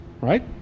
Right